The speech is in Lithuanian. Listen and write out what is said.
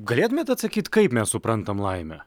galėtumėt atsakyti kaip mes suprantam laimę